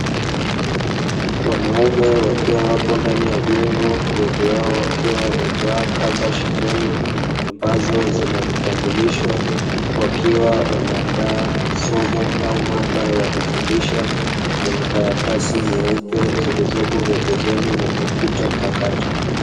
Wanaume wakiwa wapo ndani ya jengo wengi wao wakiwa wamevaa kamba shingoni, ambazo zinavitambulisho wakiwa wanaandaa somo au mada ya kufundisha kwenye karatasi nyeupe zilizopo pembezoni mwa kompyuta mpakato